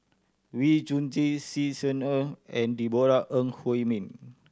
Wee Chong Jin Xi Ni Er and Deborah Ong Hui Min